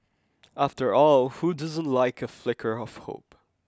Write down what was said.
after all who doesn't like a flicker of hope